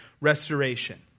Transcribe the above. Restoration